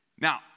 Now